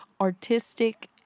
artistic